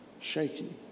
shaky